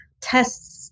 tests